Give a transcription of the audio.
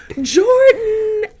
Jordan